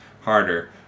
harder